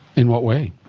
in what way?